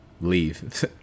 leave